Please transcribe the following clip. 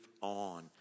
on